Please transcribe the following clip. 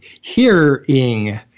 hearing